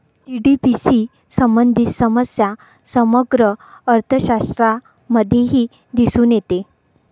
GDP शी संबंधित समस्या समग्र अर्थशास्त्रामध्येही दिसून येते